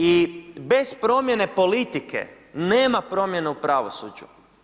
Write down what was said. I bez promjene politike nema promjenu u pravosuđu.